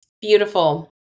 Beautiful